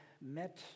met